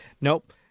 Nope